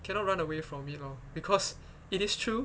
cannot run away from it lor because it is true